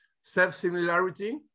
self-similarity